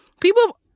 people